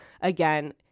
again